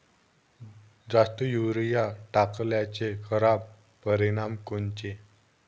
जास्त युरीया टाकल्याचे खराब परिनाम कोनचे?